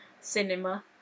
cinema